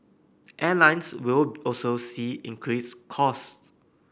airlines will also see increased cost